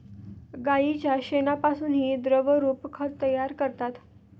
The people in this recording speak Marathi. गाईच्या शेणापासूनही द्रवरूप खत तयार करतात